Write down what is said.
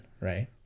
Right